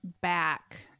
back